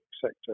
sector